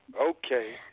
Okay